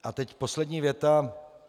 A teď poslední věta.